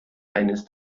eines